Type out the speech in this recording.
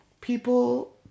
people